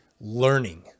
learning